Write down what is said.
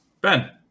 Ben